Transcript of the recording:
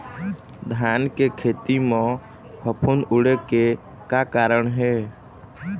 धान के खेती म फफूंद उड़े के का कारण हे?